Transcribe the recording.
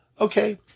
Okay